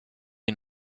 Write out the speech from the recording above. you